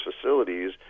facilities